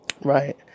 Right